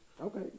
Okay